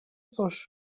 coś